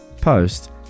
post